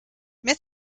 mehr